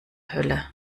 hölle